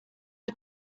are